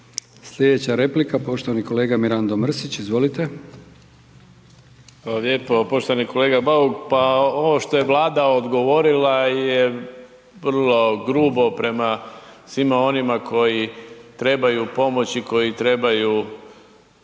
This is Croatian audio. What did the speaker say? Slijedeća replika, poštovani kolega Mirando Mrsić, izvolite. **Mrsić, Mirando (Demokrati)** Hvala lijepo. Poštovani kolega Bauk, pa ovo je Vlada odgovorila je vrlo grubo prema svima onima koji trebaju pomoć i koji trebaju